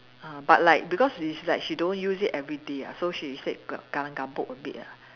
ah but like because she like she don't use it everyday ah so she say ka~ kelam-kabut a bit ah